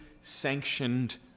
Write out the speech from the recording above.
sanctioned